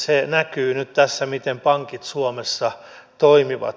se näkyy nyt tässä miten pankit suomessa toimivat